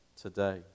today